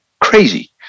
crazy